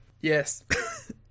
Yes